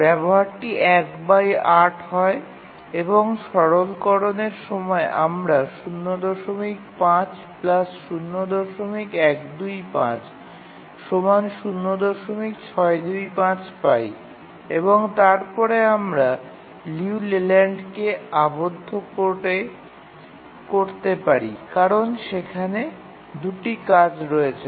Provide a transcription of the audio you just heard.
ব্যবহারটি ১৮ হয় এবং সরলকরণের সময় আমরা ০৫০১২৫০৬২৫ পাই এবং তারপরে আমরা লিউ লেল্যান্ডকে আবদ্ধ করতে পারি কারণ সেখানে ২ টি কাজ রয়েছে